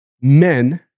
men